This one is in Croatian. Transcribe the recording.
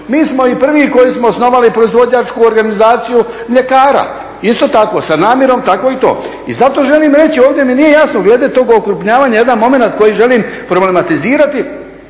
Mi smo i prvi koji smo osnovali proizvođačku organizaciju mljekara, isto tako sa namjerom tako i to. I zato želim reći ovdje mi nije jasno glede tog okrupnjavanja jedan momenat koji želim problematizirati,